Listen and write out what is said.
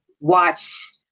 watch